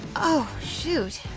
oh, shoot,